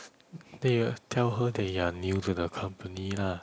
then you tell her that you are new to the company lah